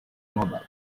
nobody